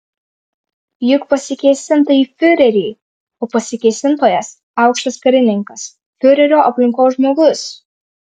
juk pasikėsinta į fiurerį o pasikėsintojas aukštas karininkas fiurerio aplinkos žmogus